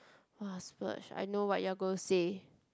!wah! splurge I know what you are gonna say